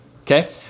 Okay